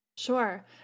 Sure